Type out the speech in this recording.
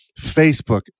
Facebook